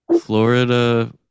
Florida